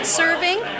serving